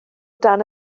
dan